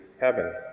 heaven